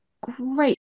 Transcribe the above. great